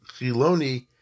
Chiloni